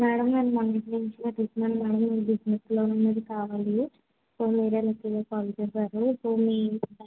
madam నేను one week నుంచి తిరుగుతున్నాను మేడం నాకు బిజినెస్ లోన్ అనేది కావాలి ఫోన్ మీరే కాల్స్ చేసారు సో మీ